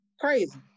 crazy